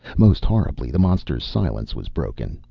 most horribly the monster's silence was broken.